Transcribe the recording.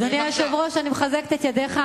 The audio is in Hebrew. אדוני היושב-ראש, אני מחזקת את ידך.